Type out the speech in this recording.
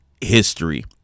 history